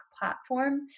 platform